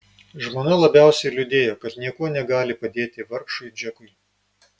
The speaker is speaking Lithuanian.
žmona labiausiai liūdėjo kad niekuo negali padėti vargšui džekui